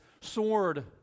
sword